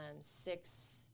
six